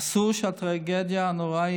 אסור שהטרגדיה הנוראה,